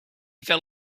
fell